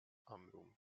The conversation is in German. amrum